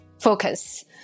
focus